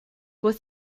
with